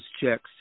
checks